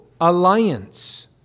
alliance